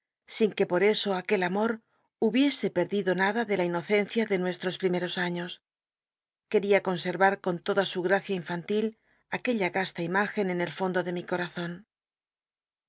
sin que por eso aquel amor hubiese perdido nad a de la inocencia de nuestros l l'imeros añ os quería conservar acia infan til aqu ella casta im igen en con toda su gracia infantil aquella casta imagen en el fondo de mi corazon